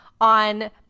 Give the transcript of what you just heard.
on